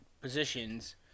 positions